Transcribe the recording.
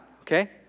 okay